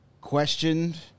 questioned